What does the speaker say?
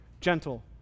gentle